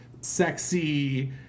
sexy